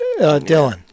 Dylan